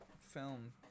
film